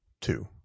two